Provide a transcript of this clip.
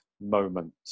moment